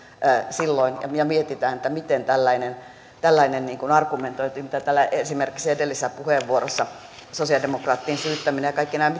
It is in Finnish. silloin ja mietitään miten tällainen tällainen argumentointi täällä esimerkiksi edellisessä puheenvuorossa sosiaalidemokraattien syyttäminen ja kaikki nämä